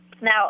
Now